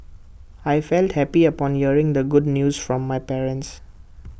I felt happy upon hearing the good news from my parents